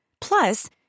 Plus